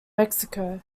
mexico